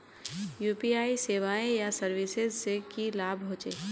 UPI सेवाएँ या services से की लाभ होचे?